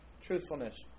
truthfulness